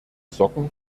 socken